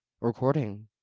recording